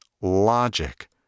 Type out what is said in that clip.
logic